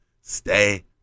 stay